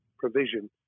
provision